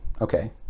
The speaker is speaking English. okay